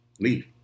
leave